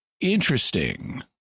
interesting